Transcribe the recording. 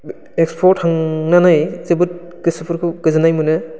एक्सप'आव थांनानै जोबोद गोसोफोरखौ गोजोननाय मोनो